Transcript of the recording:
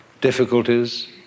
difficulties